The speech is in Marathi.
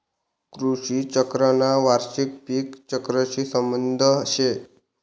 कृषी चक्रना वार्षिक पिक चक्रशी संबंध शे